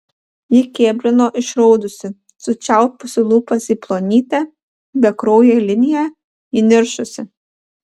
ji kėblino išraudusi sučiaupusi lūpas į plonytę bekrauję liniją įniršusi